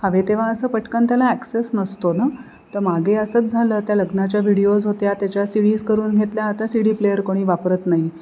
हवे तेव्हा असं पटकन त्याला ॲक्सेस नसतो ना तर मागे असंच झालं त्या लग्नाच्या व्हिडिओज होत्या त्याच्या सिडीज करून घेतल्या आता सि डी प्लेअर कोणी वापरत नाही